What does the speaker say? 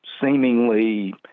seemingly